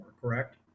correct